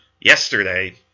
yesterday